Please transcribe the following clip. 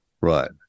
Right